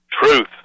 Truth